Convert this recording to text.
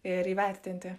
ir įvertinti